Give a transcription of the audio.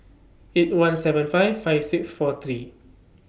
eight one seven five five six four three